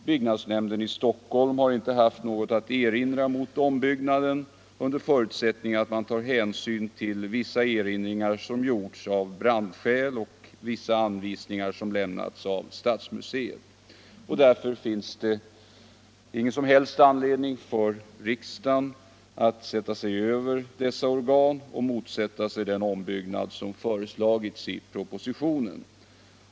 Byggnadsnämnden i Stockholm har inte haft något att invända mot ombyggnaden under förutsättning att man tar hänsyn till vissa erinringar som gjorts av brandskäl och vissa anvisningar som lämnats av stadsmuseet. Det finns ingen som helst anledning för riksdagen att sätta sig över dessa organ och gå emot den ombyggnad som föreslagits i propositionen.